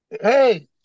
hey